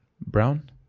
brown